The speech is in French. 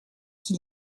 qui